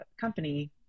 company